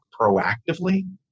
proactively